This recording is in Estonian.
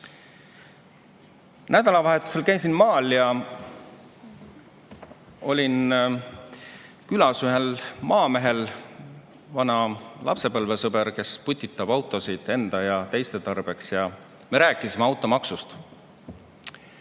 maksma. Nädalavahetusel käisin maal ja olin külas ühel maamehel, vanal lapsepõlvesõbral, kes putitab autosid enda ja teiste tarbeks. Me rääkisime ka automaksust.